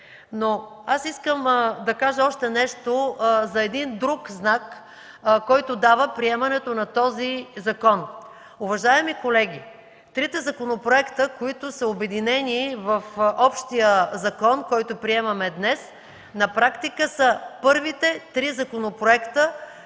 Искам да кажа още нещо за един друг знак, който дава приемането на този закон. Уважаеми колеги, трите законопроекта, които са обединени в общия закон, който приемаме днес, на практика са първите три законопроекта,